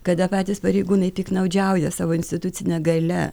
kada patys pareigūnai piktnaudžiauja savo institucine galia